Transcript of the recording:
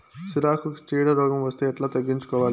సిరాకుకు చీడ రోగం వస్తే ఎట్లా తగ్గించుకోవాలి?